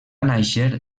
nàixer